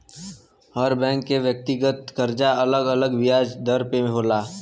हर bank के व्यक्तिगत करजा अलग अलग बियाज दर पे होला